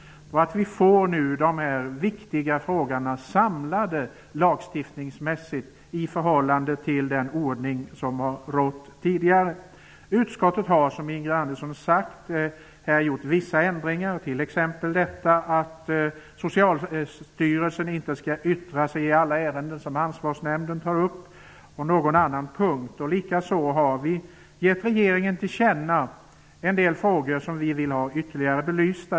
Vi får nu de här viktiga frågorna samlade lagstiftningsmässigt, i förhållande till den ordning som har rått tidigare. Utskottet har, som Ingrid Andersson har sagt, gjort vissa ändringar, t.ex. att Socialstyrelsen inte skall yttra sig i alla ärenden som ansvarsnämnden tar upp. Likaså har vi gett regeringen till känna en del frågor som vi vill ha ytterligare belysta.